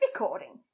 recording